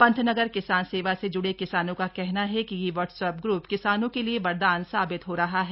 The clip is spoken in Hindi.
पंतनगर किसान सेवा से जुड़े किसानों का कहना है कि यह व्हाट्सएप ग्रुप किसानों के लिए वरदान साबित हो रहा है